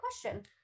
question